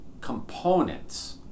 components